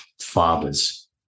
fathers